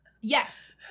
yes